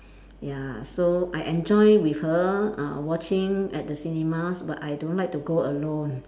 ya so I enjoy with her uh watching at the cinemas but I don't like to go alone